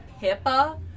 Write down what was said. Pippa